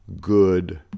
good